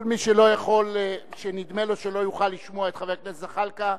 כל מי שנדמה לו שלא יוכל לשמוע את חבר הכנסת זחאלקה,